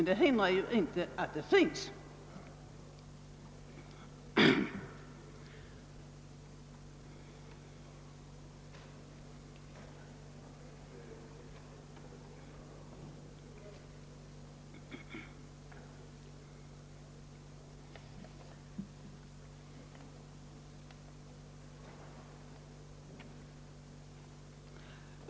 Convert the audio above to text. Det hindrar dock inte att sådana hem finns.